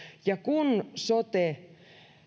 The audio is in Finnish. ja kun sote